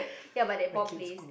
ya but that ball place